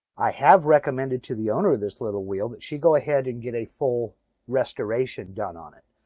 i have recommended to the owner of this little wheel that she go ahead and get a full restoration done on it.